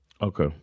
Okay